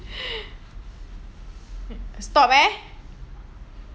stop eh